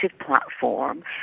platform